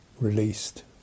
released